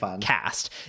cast